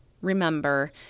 remember